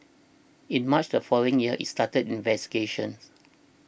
in March the following year it started investigations